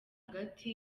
hagati